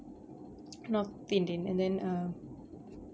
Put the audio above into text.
north indian and then err